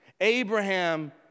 Abraham